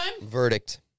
Verdict